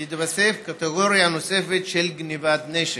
תתווסף קטגוריה של גנבת נשק.